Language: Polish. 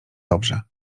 dobrze